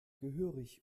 gehörig